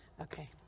Okay